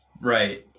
Right